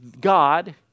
God